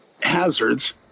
hazards